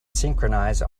synchronize